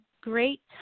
great